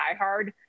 diehard